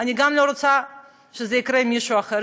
אני גם לא רוצה שזה יקרה עם מישהו אחר.